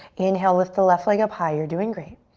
inhale, lift the left leg up high. you're doing great.